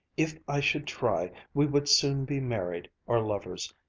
if i should try, we would soon be married, or lovers.